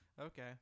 Okay